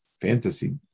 fantasy